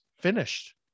finished